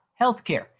healthcare